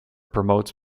promotes